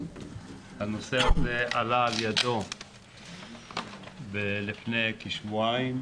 הנושא הזה עלה על ידו לפני כשבועיים,